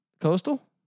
Coastal